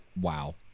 Wow